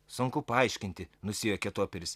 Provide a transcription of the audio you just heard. sunku paaiškinti nusijuokė toperis